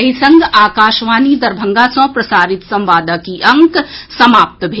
एहि संग आकाशवाणी दरभंगा सँ प्रसारित संवादक ई अंक समाप्त भेल